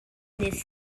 this